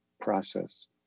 process